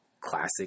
classic